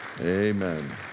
Amen